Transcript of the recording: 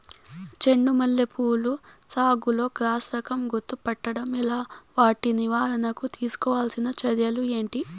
చెండు మల్లి పూల సాగులో క్రాస్ రకం గుర్తుపట్టడం ఎలా? వాటి నివారణకు తీసుకోవాల్సిన చర్యలు ఏంటి?